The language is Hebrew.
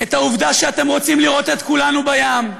את העובדה שאתם רוצים לראות את כולנו בים,